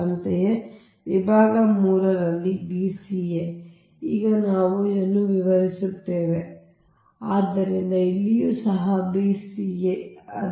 ಅಂತೆಯೇ ವಿಭಾಗ 3 ರಲ್ಲಿ ಇದು b c a ಈಗ ನಾವು ಇದನ್ನು ವಿವರಿಸುತ್ತೇವೆ ಆದ್ದರಿಂದ ಇಲ್ಲಿಯೂ ಸಹ b c a